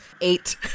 Eight